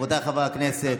רבותיי חברי הכנסת.